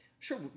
Sure